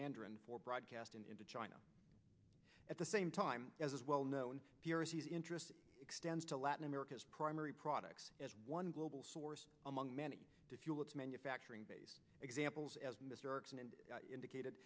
mandarin for broadcast into china at the same time as well known as interest extends to latin america's primary products one global source among many to fuel its manufacturing base examples and indicated